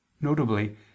notably